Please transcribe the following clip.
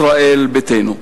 ישראל ביתנו.